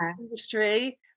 industry